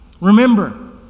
remember